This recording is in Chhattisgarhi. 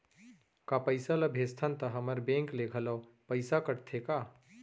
का पइसा ला भेजथन त हमर बैंक ले घलो पइसा कटथे का?